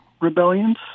rebellions